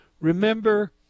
remember